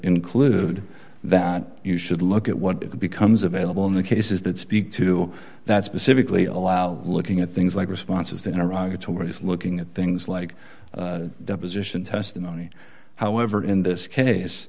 include that you should look at what becomes available in the cases that speak to that specifically allow looking at things like responses in iraq authorities looking at things like deposition testimony however in this case